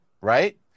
right